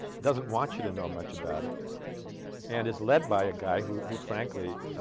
doesn't want you to know much about it and is led by a guy who who frankly ah.